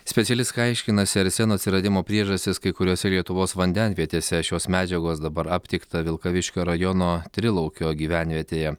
specialischai aiškinasi arseno atsiradimo priežastis kai kuriose lietuvos vandenvietėse šios medžiagos dabar aptikta vilkaviškio rajono trilaukio gyvenvietėje